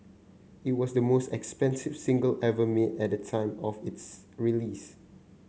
it was the most expensive single ever made at the time of its release